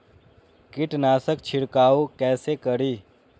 कीट नाशक छीरकाउ केसे करी?